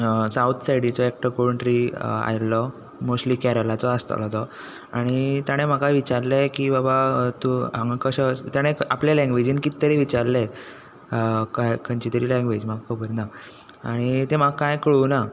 south सायडीचो एकटो कोण तरी आयल्लो मोश्टली केरलाचो आसतलो तो आनी ताणें म्हाका विचारलें की बाबा तूं हांगा कशें व ताणें आपल्या लँग्वेजीन कित तरी विचारलें अ क खंयची तरी लँग्वेज म्हाका खबर ना आनी तें म्हाका कांय कळूं ना